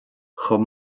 chomh